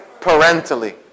parentally